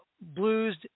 Blues